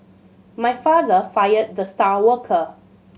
my father fired the star worker